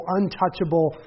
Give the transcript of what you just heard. untouchable